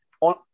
On